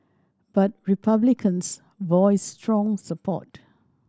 but Republicans voiced strong support